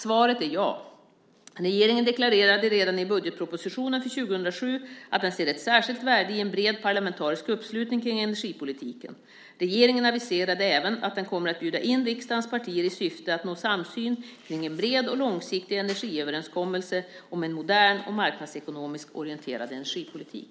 Svaret är ja. Regeringen deklarerade redan i budgetpropositionen för 2007 att den ser ett särskilt värde i en bred parlamentarisk uppslutning kring energipolitiken. Regeringen aviserade även att den kommer att bjuda in riksdagens partier i syfte att nå samsyn kring en bred och långsiktig energiöverenskommelse om en modern och marknadsekonomiskt orienterad energipolitik.